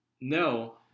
No